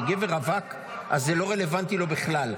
אם הוא גבר רווק אז זה לא רלוונטי לו בכלל.